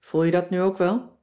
voel je dat nu ook wel